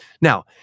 Now